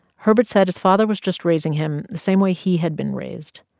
herbert said his father was just raising him the same way he had been raised.